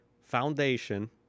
Foundation